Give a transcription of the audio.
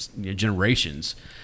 generations